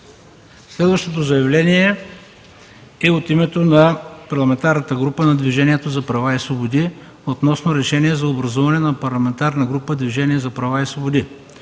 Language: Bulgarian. Следващото заявление е от името на Парламентарната група на Движението за права и свободи относно решение за образуване на Парламентарна група на Движение за права и свободи.